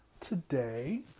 today